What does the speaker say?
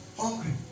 Hungry